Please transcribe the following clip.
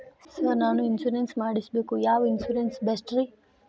Sir ನಾನು insurance ಮಾಡಿಸಬೇಕು ಯಾವ ಇನ್ಶೂರೆನ್ಸ್ ಬೆಸ್ಟ್ರಿ?